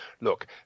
look